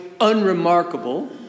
unremarkable